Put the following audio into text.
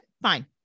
Fine